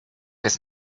his